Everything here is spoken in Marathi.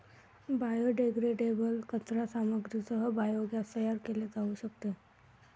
बायोडेग्रेडेबल कचरा सामग्रीसह बायोगॅस तयार केले जाऊ शकते